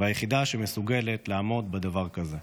והיחידה שמסוגלת לעמוד בדבר כזה.